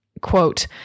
quote